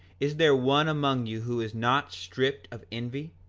is there one among you who is not stripped of envy?